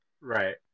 Right